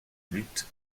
lutte